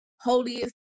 holiest